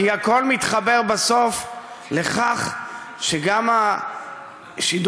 כי הכול מתחבר בסוף לכך שגם השידור